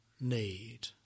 need